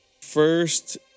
First